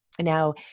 Now